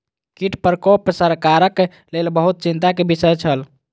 कीट प्रकोप सरकारक लेल बहुत चिंता के विषय छल